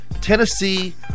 Tennessee